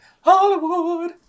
Hollywood